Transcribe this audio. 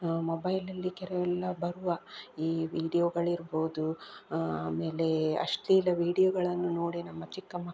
ಮೊಬೈಲಲ್ಲಿ ಕೆಲವೆಲ್ಲ ಬರುವ ಈ ವಿಡಿಯೋಗಳಿರ್ಬೋದು ಆಮೇಲೆ ಅಶ್ಲೀಲ ವಿಡಿಯೋಗಳನ್ನು ನೋಡಿ ನಮ್ಮ ಚಿಕ್ಕ ಮಕ್ಕಳು